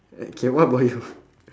okay what about you